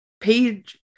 page